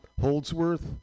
Holdsworth